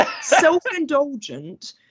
self-indulgent